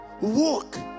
Walk